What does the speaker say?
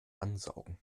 ansaugen